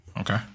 Okay